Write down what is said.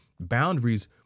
boundaries –